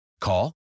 Call